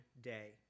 day